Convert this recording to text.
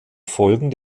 folgen